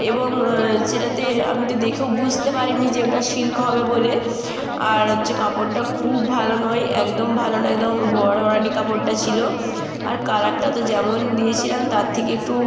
এবং সেটাতে আমি তো দেখেও বুঝতে পারিনি যে ওটা সিল্ক হবে বলে আর হচ্ছে কাপড়টা খুব ভালো নয় একদম ভালো নয় একদম হড়হড়ানি কাপড়টা ছিল আর কালারটা তো যেমন দিয়েছিলাম তার থেকে একটু